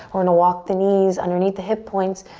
we're gonna walk the knees underneath the hip points,